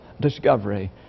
discovery